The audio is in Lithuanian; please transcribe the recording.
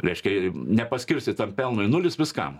reiškia nepaskirstytam pelnui nulis viskam